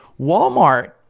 Walmart –